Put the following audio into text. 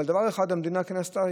אבל דבר אחד המדינה כן עשתה,